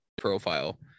profile